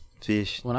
fish